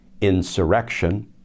insurrection